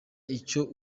icyo